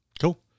Cool